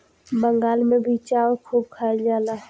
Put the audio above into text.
बंगाल मे भी चाउर खूब खाइल जाला